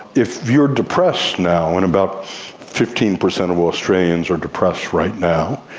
if you are depressed now, and about fifteen percent of australians are depressed right now,